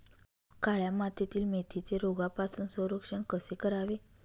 काळ्या मातीतील मेथीचे रोगापासून संरक्षण कसे करावे?